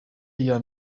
iya